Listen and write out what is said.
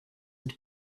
and